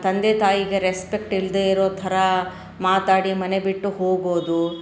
ತಂದೆ ತಾಯಿಗೆ ರೆಸ್ಪೆಕ್ಟ್ ಇಲ್ಲದೇ ಇರೋ ಥರ ಮಾತಾಡಿ ಮನೆ ಬಿಟ್ಟು ಹೋಗೋದು